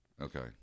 Okay